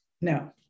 no